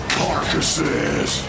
carcasses